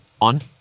On